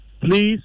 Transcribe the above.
please